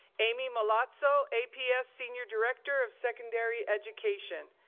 aimee milazzo, aps senior director of secondary education.